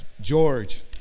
George